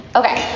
okay